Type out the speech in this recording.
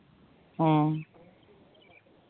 ᱦᱮᱸ